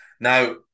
Now